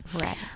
Right